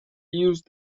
used